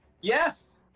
Yes